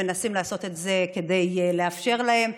מנסים לעשות את זה כדי לאפשר להם.